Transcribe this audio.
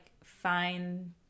find